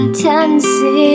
tendency